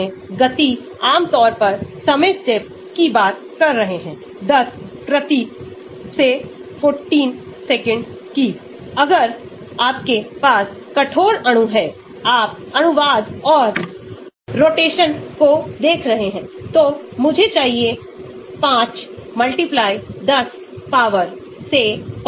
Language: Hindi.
क्या मैं हाइड्रोफोबिक हाइड्रोफिलिक संतुलन बनाए रखने के द्वारा इलेक्ट्रॉन को वापस लेने के प्रभाव को देखना चाहता हूं अथवा क्या मैं इलेक्ट्रॉनिक कारक सिग्मा को बनाए रखकर हाइड्रोफोबिक हाइड्रोफिलिक गतिविधि प्रकृति को संशोधित करना चाहता हूं